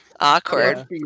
awkward